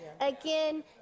Again